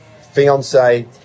fiance